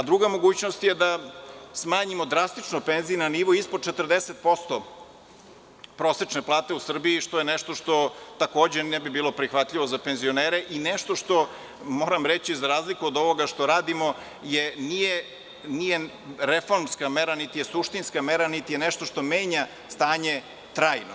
Druga mogućnost je da smanjimo drastično penzije na nivo ispod 40% prosečne plate u Srbiji, što je nešto što takođe ne bi bilo prihvatljivo za penzionere i nešto što moram reći za razliku od ovoga što radimo, nije reformska mera, niti je suštinska mera, niti je nešto što menja stanje trajno.